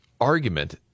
argument